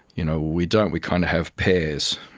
you know we don't, we kind of have pairs.